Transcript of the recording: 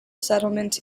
settlement